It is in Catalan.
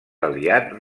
aliat